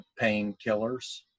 painkillers